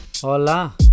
Hola